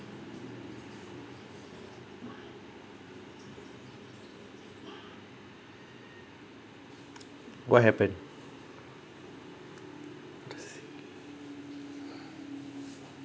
what happen